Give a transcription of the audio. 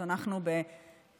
אז אנחנו בהאצה,